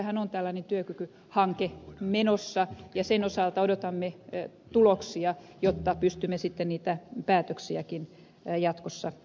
sisäasiainministeriössähän on tällainen työkykyhanke menossa ja sen osalta odotamme tuloksia jotta pystymme sitten niitä päätöksiäkin jatkossa tekemään